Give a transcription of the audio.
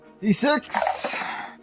D6